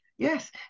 Yes